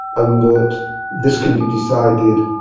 and that this can be decided,